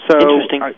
Interesting